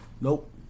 Nope